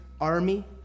army